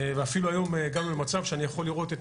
ואפילו היום הגענו למצב שאני יכול לראות את